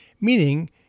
meaning